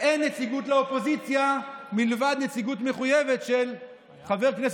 אדוני היושב-ראש, כבוד השר